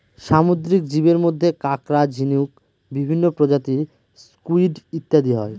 সামুদ্রিক জীবের মধ্যে কাঁকড়া, ঝিনুক, বিভিন্ন প্রজাতির স্কুইড ইত্যাদি হয়